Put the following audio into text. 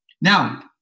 Now